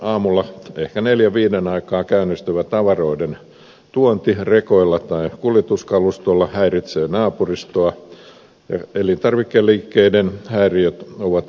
aamulla ehkä neljän viiden aikaan käynnistyvä tavaroiden tuonti rekoilla tai kuljetuskalustolla häiritsee naapurustoa ja elintarvikeliikkeiden häiriöt ovat yleisiä